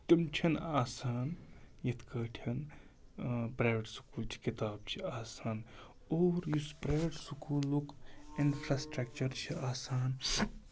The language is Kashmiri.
تِم چھِنہٕ آسان یِتھ کٲٹھۍ پرٮ۪ویٹ سکوٗلچہِ کِتاب چھِ آسان اور یُس پرٮ۪ویٹ سکوٗلُک اِنفراسٹرٛکچَر چھِ آسان